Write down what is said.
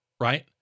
right